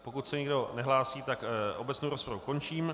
Pokud se nikdo nehlásí, tak obecnou rozpravu končím.